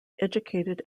educated